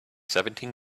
seventeen